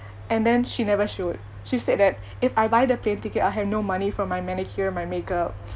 and then she never showed she said that if I buy the plane ticket I'll have no money for my manicure my make up